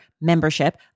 membership